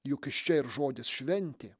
juk iš čia ir žodis šventė